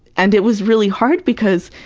and it was really hard because